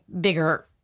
bigger